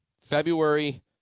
February